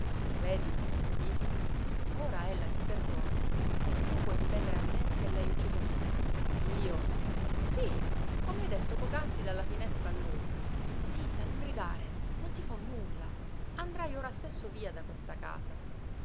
vedi le dissi ora ella ti perdona e tu puoi ripetere a me che l'hai uccisa tu io sí come hai detto poc'anzi dalla finestra a lui zitta non gridare non ti fo nulla andrai ora stesso via da questa casa